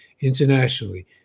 internationally